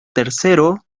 tercero